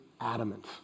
adamant